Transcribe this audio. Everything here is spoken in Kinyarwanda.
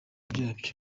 byabyo